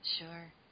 Sure